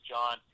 John